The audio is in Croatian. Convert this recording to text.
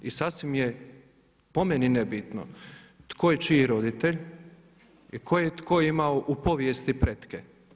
I sasvim je po meni nebitno tko je čiji roditelj i koje je tko imao u povijesti pretke.